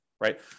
right